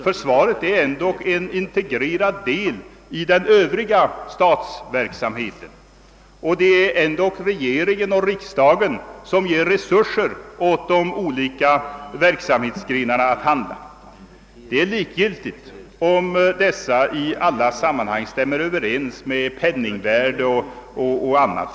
Försvaret är ändock en integrerad del i den övriga statsverksamheten, och det är i alla fall regeringen och riksdagen som ger resurser åt de olika verksamhetsgrenarna. Det är likgiltigt om dessa resurser i alla sammanhang motsvarar penningvärdet o.d.